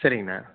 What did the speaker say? சரிங்கண்ணா